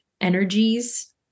energies